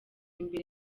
imbere